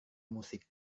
musik